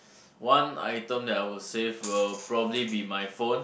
one item that I'll save will probably be my phone